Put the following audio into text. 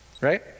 right